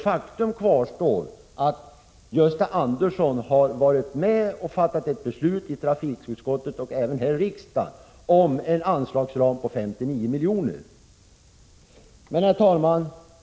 Faktum kvarstår: Gösta Andersson har varit med och fattat ett beslut i trafikutskottet och även i riksdagen om en anslagsram på 59 milj.kr. Herr talman!